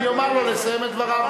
אני אומר לו לסיים את דבריו.